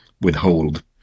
withhold